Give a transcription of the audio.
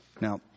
Now